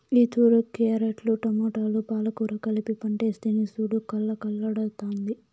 ఈతూరి క్యారెట్లు, టమోటాలు, పాలకూర కలిపి పంటేస్తిని సూడు కలకల్లాడ్తాండాది